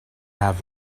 have